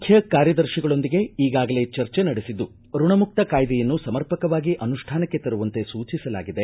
ಮುಖ್ಯ ಕಾರ್ಯದರ್ತಿಗಳೊಂದಿಗೆ ಈಗಾಗಲೇ ಚರ್ಚೆ ನಡೆಸಿದ್ದು ಋಣಮುಕ್ತ ಕಾಯ್ದೆಯನ್ನು ಸಮರ್ಪಕವಾಗಿ ಅನುಷ್ಠಾನಕ್ಕೆ ತರುವಂತೆ ಸೂಚಿಸಲಾಗಿದೆ